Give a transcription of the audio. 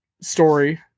story